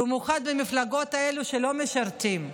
במיוחד במפלגות האלה שלא משרתים,